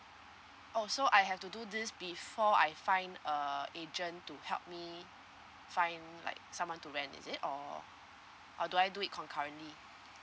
oh so I have to do this before find uh a agent to help me find like someone to rent is it or do I do it concurrently